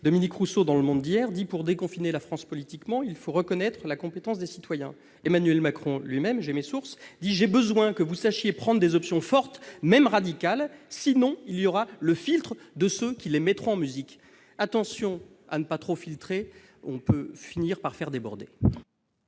Dominique Rousseau affirme que, pour déconfiner politiquement la France, il faut reconnaître la compétence des citoyens. Emmanuel Macron lui-même l'avait dit :« J'ai besoin que vous sachiez prendre des options fortes, même radicales, sinon il y aura le filtre de ceux qui les mettront en musique. » Attention à ne pas trop filtrer : on peut finir par faire déborder